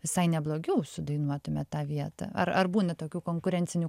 visai neblogiau sudainuotumėt tą vietą ar ar būna tokių konkurencinių